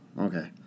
okay